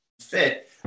fit